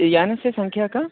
यानस्य सङ्ख्या का